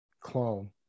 clone